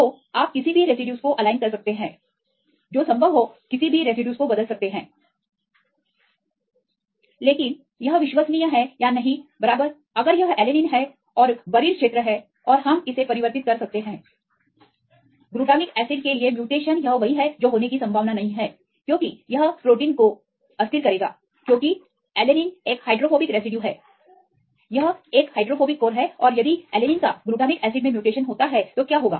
तो आप किसी भी रेसिड्यूज को एलाइन कर सकते हैं जो संभव हो किसी भी रेसिड्यूज को बदल सकते हैं लेकिन यह विश्वसनीय है या नहीं बराबर अगर यह alanine है और धंसा हुआ क्षेत्र है और हम इसे परिवर्तित कर सकते हैं ग्लूटैमिक एसिड के लिए उत्परिवर्तन यह वही है जो होने की संभावना नहीं है क्योंकि यह प्रोटीन को बराबर अस्थिर करेगा क्योंकि एलैनिन एक हाइड्रोफोबिक रेसिड्यू है यह एक हाइड्रोफोबिक कोर है और यदि एलैनिनका ग्लूटैमिक एसिड मे उत्परिवर्तन होता है तो क्या होगा